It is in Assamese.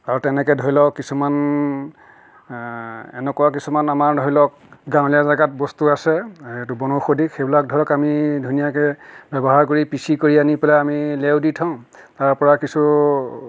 আৰু তেনেকৈ ধৰি লওক কিছুমান এনেকুৱা কিছুমান আমাৰ ধৰি লওক গাঁৱলীয়া জেগাত বস্তু আছে এইটো বনৌষধি সেইবিলাক ধৰক আমি ধুনীয়াকৈ ব্যৱহাৰ কৰি পিচি কৰি আনি পেলাই আমি লেও দি থওঁ তাৰপৰা কিছু